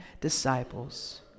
disciples